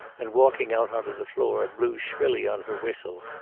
and walking out onto the floor, blew shrilly on her whistle.